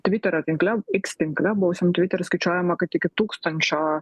tviterio tinkle iks tinkle buvusiam tvitery skaičiuojama kad iki tūkstančio